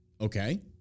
Okay